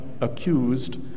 accused